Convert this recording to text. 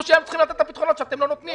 שהם צריכים לתת את הפתרונות שאתם לא נותנים.